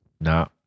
No